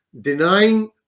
denying